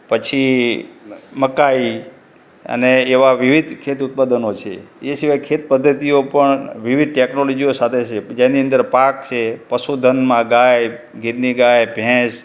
પછી મકાઇ અને એવા વિવિધ ખેત ઉત્પાદનો છે એ સિવાય ખેત પદ્ધતિઓ પણ વિવિધ ટૅકનોલોજીઓ સાથે છે જેની અંદર પાક છે પશુધનમાં ગાય ગીરની ગાય ભેંસ